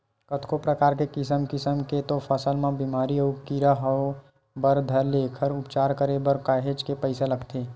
कतको परकार के किसम किसम के तो फसल म बेमारी अउ कीरा होय बर धर ले एखर उपचार करे बर काहेच के पइसा लगथे